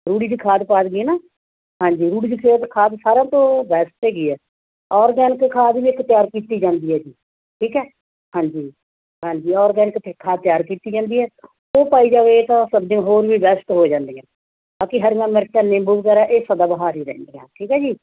ਰੂੜੀ ਦੀ ਖਾਦ ਪਾ ਦਈਏ ਨਾ ਹਾਂਜੀ ਰੂੜੀ ਦੀ ਖੇਦ ਖਾਦ ਸਾਰਿਆਂ ਤੋਂ ਬੈਸਟ ਹੈਗੀ ਹੈ ਔਰਗੈਨਿਕ ਖਾਦ ਵੀ ਇੱਕ ਤਿਆਰ ਕੀਤੀ ਜਾਂਦੀ ਹੈ ਜੀ ਠੀਕ ਹੈ ਹਾਂਜੀ ਹਾਂਜੀ ਔਰਗੈਨਿਕ ਖੇ ਖਾਦ ਤਿਆਰ ਕੀਤੀ ਜਾਂਦੀ ਹੈ ਉਹ ਪਾਈ ਜਾਵੇ ਤਾਂ ਸਬਜ਼ੀਆਂ ਹੋਰ ਵੀ ਬੈਸਟ ਹੋ ਜਾਂਦੀਆਂ ਬਾਕੀ ਹਰੀਆਂ ਮਿਰਚਾਂ ਨਿੰਬੂ ਵਗੈਰਾ ਇਹ ਸਦਾ ਬਹਾਰ ਹੀ ਰਹਿੰਦੀਆਂ ਠੀਕ ਹੈ ਜੀ